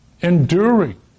enduring